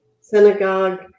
Synagogue